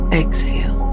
exhale